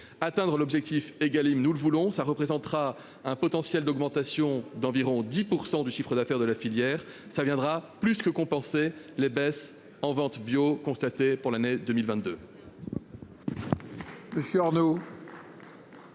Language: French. Atteindre l'objectif Egalim nous le voulons, ça représentera un potentiel d'augmentation d'environ 10% du chiffre d'affaires de la filière, ça viendra plus que compensé les baisses en vente bio constaté pour l'année 2022.